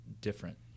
different